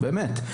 באמת.